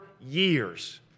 years